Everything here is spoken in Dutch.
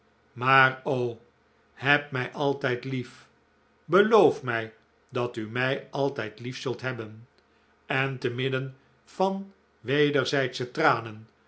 maar o heb mij altijd lief beloof mij dat u mij altijd lief zult hebben en te midden van wederzijdsche tranen